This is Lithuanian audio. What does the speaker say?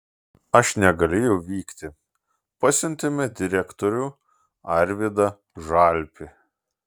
aš negalėjau vykti pasiuntėme direktorių arvydą žalpį